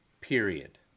period